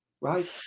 right